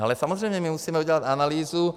Ale samozřejmě, my musíme udělat analýzu.